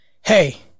hey